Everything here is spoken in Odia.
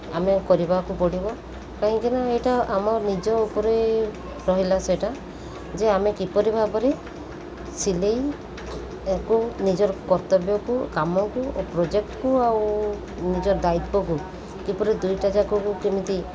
ଆମେ କରିବାକୁ ପଡ଼ିବ କାହିଁକିନା ଏଇଟା ଆମ ନିଜ ଉପରେ ରହିଲା ସେଇଟା ଯେ ଆମେ କିପରି ଭାବରେ ସିଲେଇକୁ ନିଜର କର୍ତ୍ତବ୍ୟକୁ କାମକୁ ପ୍ରୋଜେକ୍ଟ୍କୁ ଆଉ ନିଜର ଦାୟିତ୍ୱକୁ କିପରି ଦୁଇଟାଯାକକୁ କେମିତି